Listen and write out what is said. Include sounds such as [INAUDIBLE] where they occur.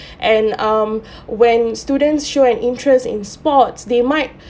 and um [BREATH] when students show an interest in sports they might